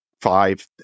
five